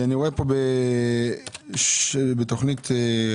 אני רואה פה בתוכנית 001,